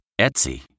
Etsy